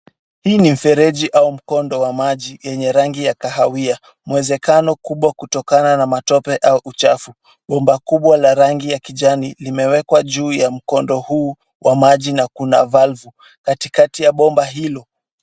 Hii ni mfereji au mkondo wa maji yenye rangi ya kahawia, mwezekano kubwa kutokana na matope au uchafu, bomba kubwa la rangi ya kijani limewekwa juu ya mkondo huu wa maji na kuna valve Katikati ya bomba hilo.